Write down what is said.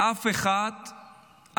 אף אחד בעולם,